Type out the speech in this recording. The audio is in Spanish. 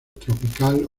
tropical